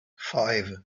five